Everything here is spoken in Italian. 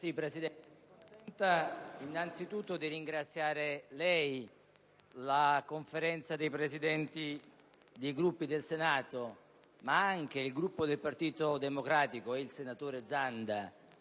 Presidente, mi consenta di ringraziare lei, la Conferenza dei Presidenti dei Gruppi del Senato, ma anche il Gruppo del Partito Democratico, e il senatore Zanda